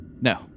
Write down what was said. No